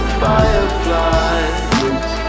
fireflies